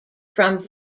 from